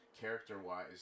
character-wise